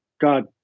God